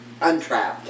untrapped